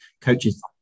coaches